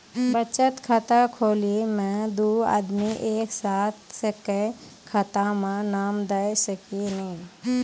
बचत खाता खुलाए मे दू आदमी एक साथ एके खाता मे नाम दे सकी नी?